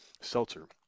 seltzer